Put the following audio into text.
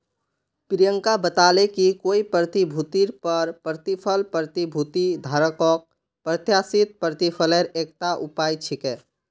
प्रियंका बताले कि कोई प्रतिभूतिर पर प्रतिफल प्रतिभूति धारकक प्रत्याशित प्रतिफलेर एकता उपाय छिके